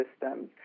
systems